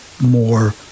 more